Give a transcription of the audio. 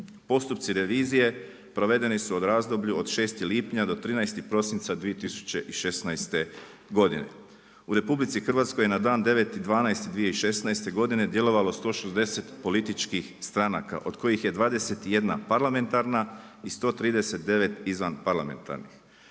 Postupci revizije provedeni su u razdoblju od 6. lipanja do 13. prosinca 2016. godine. U RH, je na dan 9.12.2016. godine djelovalo 160 političkih stranka, od kojih je 21 parlamentarna i 139 izvan parlamentarnih.